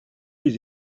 les